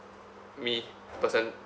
me person